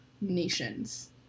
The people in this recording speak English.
nations